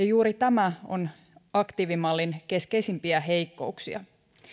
juuri tämä on aktiivimallin keskeisimpiä heikkouksia